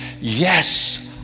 Yes